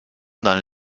dans